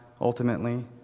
ultimately